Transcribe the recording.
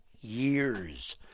years